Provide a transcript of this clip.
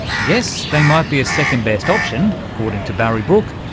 yes, they might be a second-best option, according to barry brook,